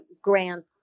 grant